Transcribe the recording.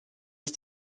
ist